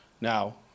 Now